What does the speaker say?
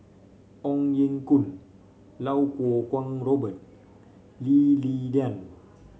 Ong Ye Kung Iau Kuo Kwong Robert Lee Li Lian